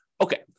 Okay